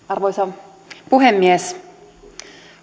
arvoisa puhemies